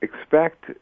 expect